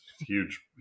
huge